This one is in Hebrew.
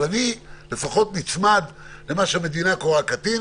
אבל אני לפחות נצמד למה שהמדינה קוראת לו קטין